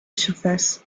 surface